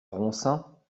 ronsin